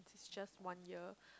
it's just one year